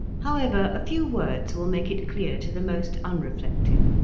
however, a few words will make it clear to the most unreflecting.